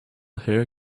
hair